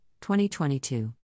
2022